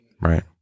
Right